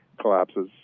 collapses